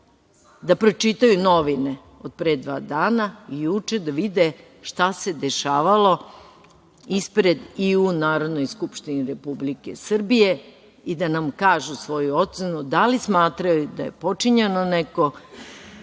da pročitaju novine od pre dva dana i juče, da vide šta se dešavalo ispred i u Narodnoj skupštini Republike Srbije i da nam kažu svoju ocenu – da li smatraju da je počinjeno neko